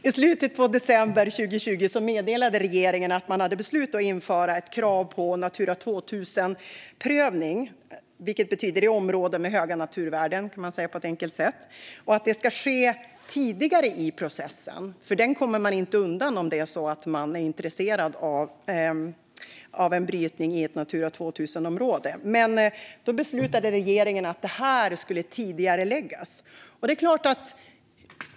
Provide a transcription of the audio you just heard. I slutet på december 2020 meddelade regeringen att man hade beslutat att införa ett krav på Natura 2000-prövning, vilket betyder i områden med höga naturvärden, och att det ska ske tidigare i processen, för den kommer man inte undan om man är intresserad av en brytning i ett Natura 2000-område. Men då beslutade regeringen att det skulle tidigareläggas.